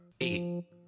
eight